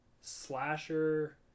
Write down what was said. slasher